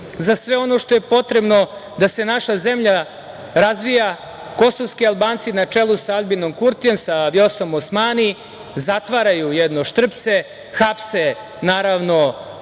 za sve ono što je potrebno da se naša zemlja razvija, kosovski Albanci na čelu sa Aljbinom Kurtijem, sa Vjosom Osmani, zatvaraju jedno Štrpce, hapse građane